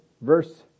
Verse